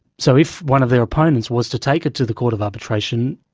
so if one of their opponents was to take it to the court of arbitration,